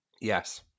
Yes